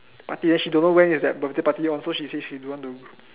party then she don't know when is that birthday party one so she said she don't want to